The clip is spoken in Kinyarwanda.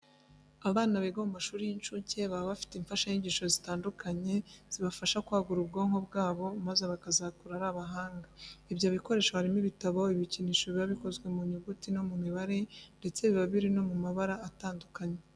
Abana biga mu mashuri y'incuke baba bafite imfashanyigisho zitandukanye, zibafasha kwagura ubwonko bwabo maze bakazakura ari abahanga. Ibyo bikoresho harimo ibitabo, ibikinisho biba bikozwe mu nyuguti no mu mibare ndetse biba biri no mu mabara atandukanye.